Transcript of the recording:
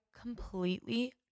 completely